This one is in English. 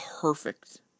perfect